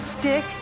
dick